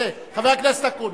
חבר הכנסת אקוניס.